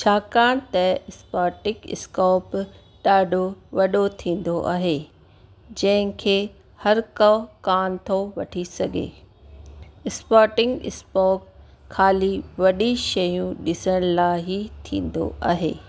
छाकाणि त स्पर्टिक स्कॉप ॾाढो वॾो थींदो आहे जंहिं खे हर को कोन थो वठी सघे स्पर्टींग स्पोक खाली वॾियूं शयूं ॾिसण लाइ ई थींदो आहे